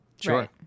sure